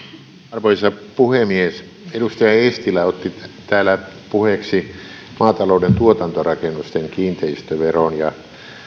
arvoisa puhemies edustaja eestilä otti täällä puheeksi maatalouden tuotantorakennusten kiinteistöveron ja